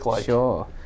Sure